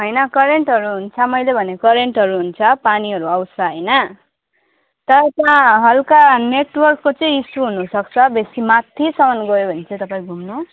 होइन करेन्टहरू हुन्छ मैले भने करेन्टहरू हुन्छ पानीहरू आउँछ होइन तर त्यहाँ हल्का नेटवर्कको चाहिँ इसु हुनसक्छ बेसी माथिसम्म गयो भने चाहिँ तपाईँ घुम्नु